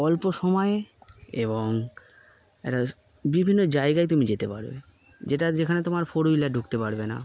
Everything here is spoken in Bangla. অল্প সময়ে এবং এটা বিভিন্ন জায়গায় তুমি যেতে পারবে যেটা যেখানে তোমার ফোর হুইলার ঢুকতে পারবে না